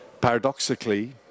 paradoxically